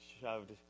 shoved